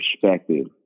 perspective